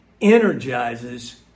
energizes